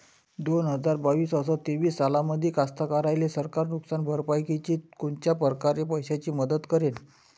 दोन हजार बावीस अस तेवीस सालामंदी कास्तकाराइले सरकार नुकसान भरपाईची कोनच्या परकारे पैशाची मदत करेन?